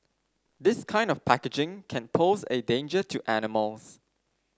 this kind of packaging can pose a danger to animals